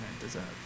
deserve